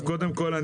עכשיו קודם כל,